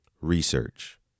research